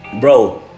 bro